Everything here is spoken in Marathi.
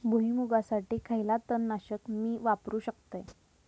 भुईमुगासाठी खयला तण नाशक मी वापरू शकतय?